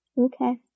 okay